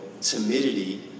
timidity